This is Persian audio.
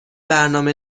برنامه